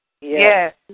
Yes